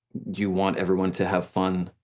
you want everyone to have fun,